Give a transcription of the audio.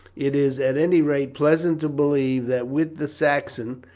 it is at any rate pleasant to believe that with the saxon,